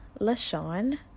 LaShawn